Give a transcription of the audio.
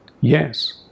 Yes